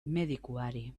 medikuari